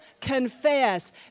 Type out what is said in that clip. confess